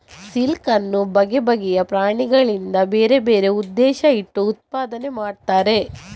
silk ಅನ್ನು ಬಗೆ ಬಗೆಯ ಪ್ರಾಣಿಗಳಿಂದ ಬೇರೆ ಬೇರೆ ಉದ್ದೇಶ ಇಟ್ಟು ಉತ್ಪಾದನೆ ಮಾಡ್ತಾರೆ